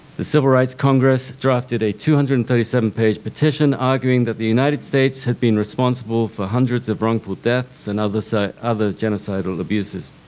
the civil rights congress drafted a two hundred and thirty seven page petition arguing that the united states had been responsible for hundreds of wrongful deaths and other so other genocidal abuses.